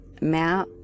map